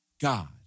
God